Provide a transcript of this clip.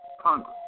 Congress